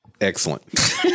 Excellent